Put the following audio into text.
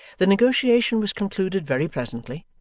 the negotiation was concluded very pleasantly,